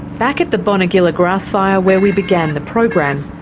back at the bonegilla grassfire where we began the program,